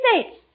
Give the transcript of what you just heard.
states